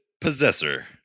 Possessor